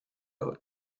oud